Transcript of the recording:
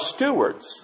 stewards